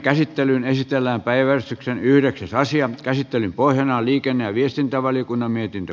käsittelyn pohjana on liikenne ja viestintävaliokunnan mietintö